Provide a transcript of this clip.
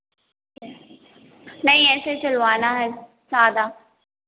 नहीं ऐसे सिलवाना है सादा